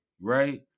right